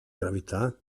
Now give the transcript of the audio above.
gravità